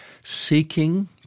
seeking